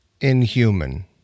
inhuman